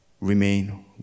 remain